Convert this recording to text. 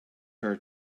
her